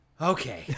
Okay